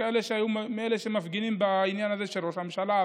אלה שמפגינים בעניין הזה של ראש הממשלה,